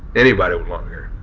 anybody with long hair,